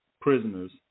prisoners